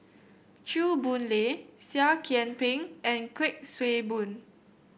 Chew Boon Lay Seah Kian Peng and Kuik Swee Boon